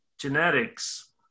genetics